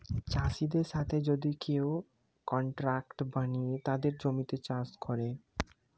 চাষিদের সাথে যদি কেউ কন্ট্রাক্ট বানিয়ে তাদের জমিতে চাষ করে